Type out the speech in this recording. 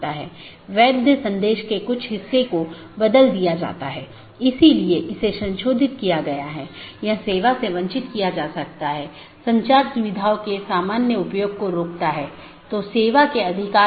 जब भी सहकर्मियों के बीच किसी विशेष समय अवधि के भीतर मेसेज प्राप्त नहीं होता है तो यह सोचता है कि सहकर्मी BGP डिवाइस जवाब नहीं दे रहा है और यह एक त्रुटि सूचना है या एक त्रुटि वाली स्थिति उत्पन्न होती है और यह सूचना सबको भेजी जाती है